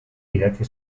idatzi